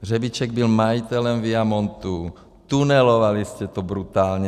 Řebíček byl majitel Viamontu, tunelovali jste to brutálně.